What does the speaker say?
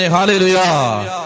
Hallelujah